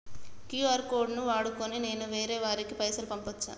QR code ను వాడుకొని నేను వేరే వారికి పైసలు పంపచ్చా?